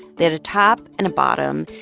they had a top and a bottom,